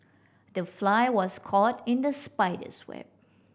the fly was caught in the spider's web